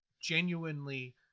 genuinely